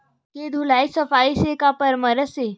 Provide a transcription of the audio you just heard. के धुलाई सफाई के का परामर्श हे?